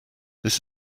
this